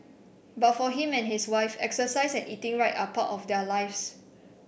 but for him and his wife exercise and eating right are part of their lives